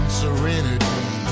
serenity